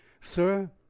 Sir